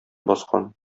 баскан